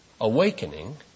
Awakening